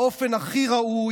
באופן הכי ראוי,